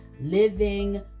living